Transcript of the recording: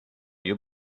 you